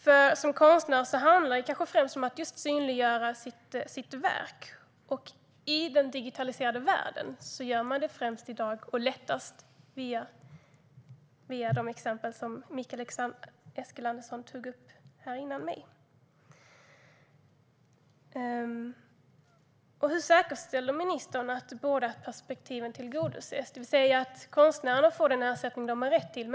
För en konstnär handlar det kanske främst om att synliggöra sitt verk, och i den digitaliserade världen görs det i dag främst och lättast via de exempel som Mikael Eskilandersson tog upp före mig. Hur säkerställer ministern att båda perspektiven tillgodoses, det vill säga att konstnären får den ersättning som man har rätt till?